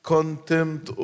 Contempt